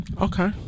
Okay